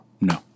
No